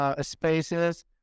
spaces